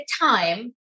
time